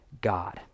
God